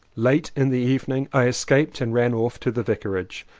late in the evening i escaped and ran off to the vicarage.